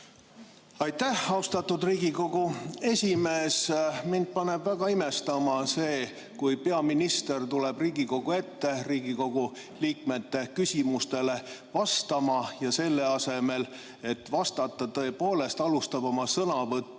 Aitäh, austatud Riigikogu esimees! Mind paneb väga imestama see, kui peaminister tuleb Riigikogu ette Riigikogu liikmete küsimustele vastama, siis selle asemel et vastata, ta alustab oma sõnavõttu